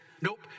Nope